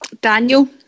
Daniel